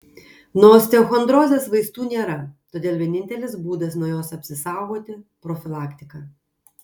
nuo osteochondrozės vaistų nėra todėl vienintelis būdas nuo jos apsisaugoti profilaktika